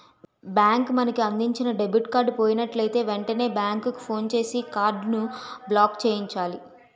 bank మనకు అందించిన debit card పోయినట్లయితే వెంటనే బ్యాంకుకు ఫోన్ చేసి కార్డును బ్లాక్చేయించాలి